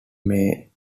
may